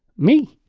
me?